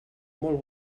molt